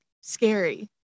scary